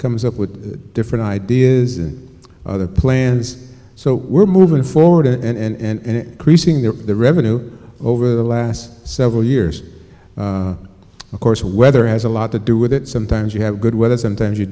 comes up with different ideas and other plans so we're moving forward and creasing there the revenue over the last several years of course weather has a lot to do with it sometimes you have good weather sometimes you